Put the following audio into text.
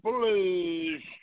Blues